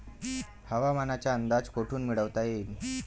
हवामानाचा अंदाज कोठून मिळवता येईन?